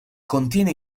contiene